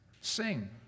Sing